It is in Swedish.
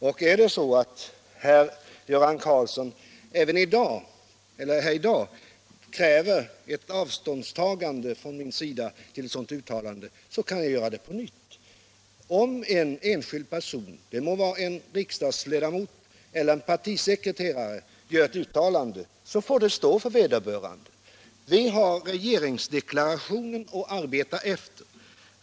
Om det är så att herr Göran Karlsson här i dag kräver ett avståndstagande av mig till ett sådant uttalande, kan jag naturligtvis göra det på nytt. Gör en enskild person —- det må vara en riksdagsledamot eller en partisekreterare — ett uttalande, så får det stå för vederbörande. Vi har regeringsdeklarationen att arbeta efter.